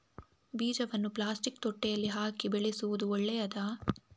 ಬೀಜವನ್ನು ಪ್ಲಾಸ್ಟಿಕ್ ತೊಟ್ಟೆಯಲ್ಲಿ ಹಾಕಿ ಬೆಳೆಸುವುದು ಒಳ್ಳೆಯದಾ?